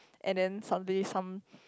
and then suddenly some